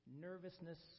nervousness